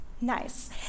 Nice